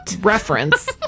Reference